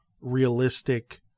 realistic